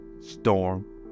Storm